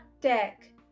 deck